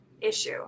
issue